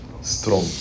strong